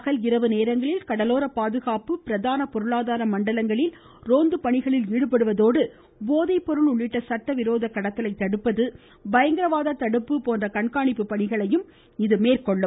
பகல் இரவு நேரங்களில் கடலோர பாதுகாப்பு மற்றும் பிரதான பொருளாதார மண்டலங்களில் ரோந்து பணியில் ஈடுபடுவதோடு போதைப் பொருள் உள்ளிட்ட சட்டவிரோத கடத்தலை தடுப்பது பயங்கரவாத தடுப்பு போன்ற கண்காணிப்பு பணிகளையும் இது மேற்கொள்ளும்